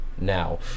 now